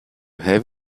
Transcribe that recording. have